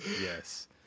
Yes